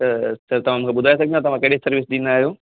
त सर तव्हां मूंखे ॿुधाए सघंदा तव्हां कहिड़ी सर्विस ॾींदा आहियो